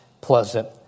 pleasant